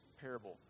parable